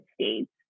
States